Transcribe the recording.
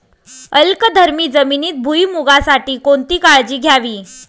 अल्कधर्मी जमिनीत भुईमूगासाठी कोणती काळजी घ्यावी?